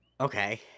okay